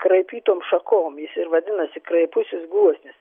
kraipytom šakom jis ir vadinasi kraipusis gluosnis